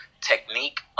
technique